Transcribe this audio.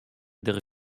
der